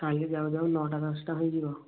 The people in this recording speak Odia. କାଲି ଯାଉ ଯାଉ ନଅଟା ଦଶଟା ହୋଇଯିବ